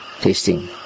tasting